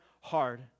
hard